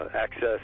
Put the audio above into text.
access